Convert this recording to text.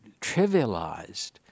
trivialized